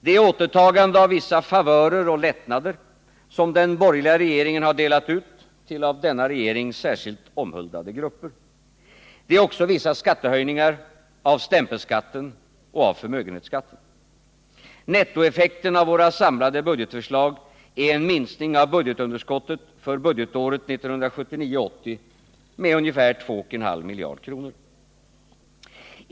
Det är återtagande av vissa favörer och lättnader som den borgerliga regeringen delat ut till av den särskilt omhuldade grupper. Det är också vissa skattehöjningar — höjningar av stämpelskatten och av förmögenhetsskatten. Nettoeffekten av våra samlade budgetförslag är en minskning av budgetunderskottet för budgetåret 1979/80 med ungefär 2,5 miljarder kronor.